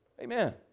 Amen